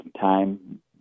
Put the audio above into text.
time